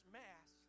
mass